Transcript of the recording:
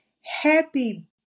happy